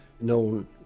known